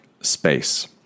space